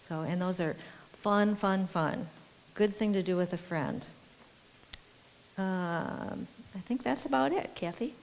so and those are fun fun fun good thing to do with a friend i think that's about it cathy